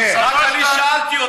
אני שאלתי,